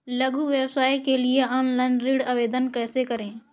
लघु व्यवसाय के लिए ऑनलाइन ऋण आवेदन कैसे करें?